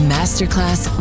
Masterclass